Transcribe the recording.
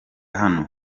hano